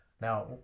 now